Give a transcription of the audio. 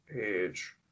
page